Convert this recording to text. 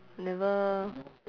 never